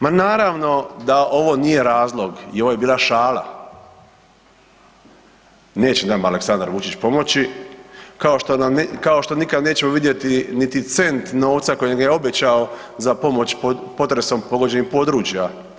Ma naravno da ovo nije razlog i ovo je bila šala, neće nama Aleksandar Vučić pomoći kao što nikad nećemo vidjeti niti cent novca kojeg je obećao za pomoć potresom pogođenih područja.